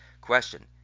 Question